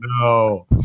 no